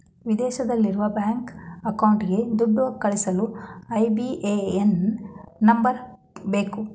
ವಿದೇಶದಲ್ಲಿರುವ ಬ್ಯಾಂಕ್ ಅಕೌಂಟ್ಗೆ ದುಡ್ಡು ಕಳಿಸಲು ಐ.ಬಿ.ಎ.ಎನ್ ನಂಬರ್ ಬೇಕು